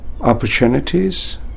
opportunities